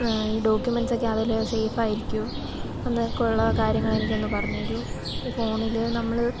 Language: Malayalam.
ഈ ഡോക്യുമെൻറ്റ്സൊക്കെ അതിൽ സെയ്ഫ് ആയിരിക്കോ എന്നൊക്കെയുള്ള കാര്യങ്ങളെനിക്കൊന്ന് പറഞ്ഞ് തെരോ ഈ ഫോണിൽ നമ്മൾ